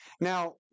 Now